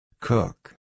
Cook